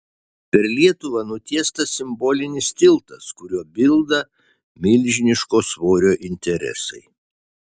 per lietuvą nutiestas simbolinis tiltas kuriuo bilda milžiniško svorio interesai